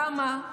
למה?